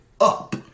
up